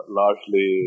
largely